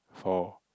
for